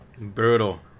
Brutal